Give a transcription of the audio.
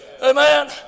Amen